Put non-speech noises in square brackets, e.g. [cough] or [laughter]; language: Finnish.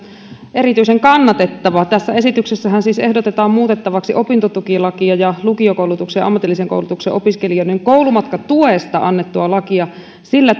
erityisen kannatettava tässä esityksessähän siis ehdotetaan muutettavaksi opintotukilakia ja lukiokoulutuksen ja ammatillisen koulutuksen opiskelijoiden koulumatkatuesta annettua lakia sillä [unintelligible]